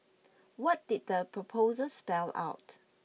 what did the proposal spell out